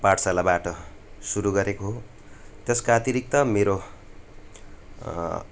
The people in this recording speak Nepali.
पाठशालाबाट सुरु गरेको हो त्यसका अतिरिक्त मेरो